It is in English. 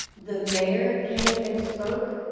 the mayor came and spoke